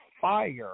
fire